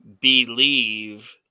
believe